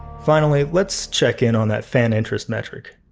finally, let's check in on that fan interest metric.